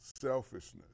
selfishness